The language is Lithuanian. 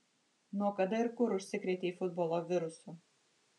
nuo kada ir kur užsikrėtei futbolo virusu